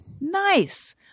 Nice